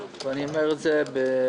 ואני אומר זאת